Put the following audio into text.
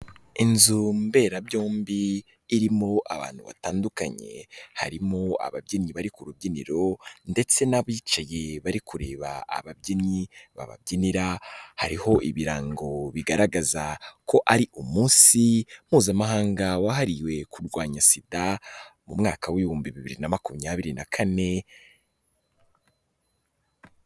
Inzu mberabyombi irimo abantu batandukanye, harimo ababyinnyi bari ku rubyiniro ndetse n'abicaye bari kureba ababyinnyi bababyinira, hariho ibirango bigaragaza ko ari umunsi mpuzamahanga wahariwe kurwanya SIDA, mu mwaka w'ibihumbi bibiri na makumyabiri na kane...